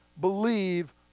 believe